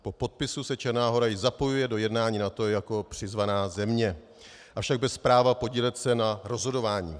Po podpisu se Černá Hora již zapojuje do jednání NATO jako přizvaná země, avšak bez práva podílet se na rozhodování.